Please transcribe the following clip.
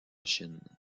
chine